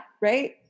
right